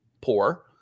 poor